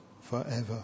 forever